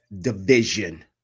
division